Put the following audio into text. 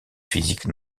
physique